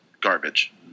garbage